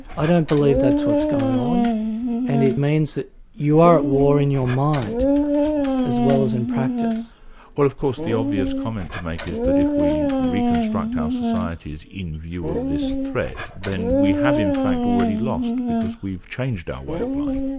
i don't believe that's what's going on and it means that you are at war in your mind as well as in practice. well of course the obvious comment to make is that if we reconstruct our societies in view of this threat, then we have in fact already lost, because we've changed our way of life.